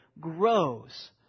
grows